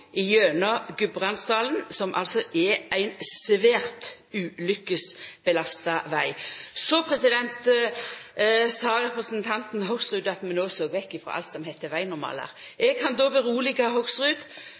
gjennom Gudbrandsdalen, som er ein svært ulukkesbelasta veg. Så sa representanten Hoksrud at vi no såg vekk frå alt som heiter vegnormalar.